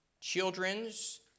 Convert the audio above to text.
children's